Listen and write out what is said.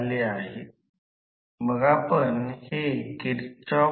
ही stator ची बाजूआहे आणि ट्रानसफॉर्मर ची प्राथमिक बाजू r 1 x 1 प्रवाह 1 आहे